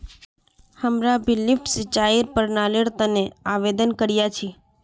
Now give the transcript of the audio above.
हमरा भी लिफ्ट सिंचाईर प्रणालीर तने आवेदन करिया छि